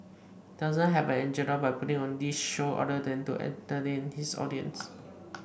doesn't have an agenda by putting on this show other than to entertain his audience